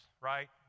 right